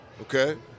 okay